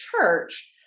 church